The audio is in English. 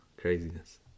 craziness